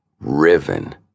Riven